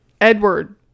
Edward